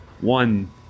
one